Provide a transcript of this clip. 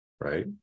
right